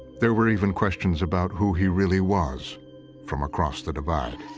there were even questions about who he really was from across the divide.